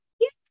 yes